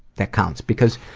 that counts, because